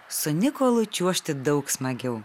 su nikolu čiuožti daug smagiau